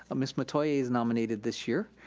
ah miss metoyer's nominated this year.